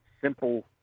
simple